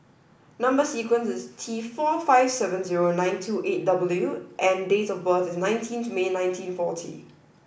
number sequence is T four five seven zero nine two eight W and date of birth is nineteenth May nineteen forty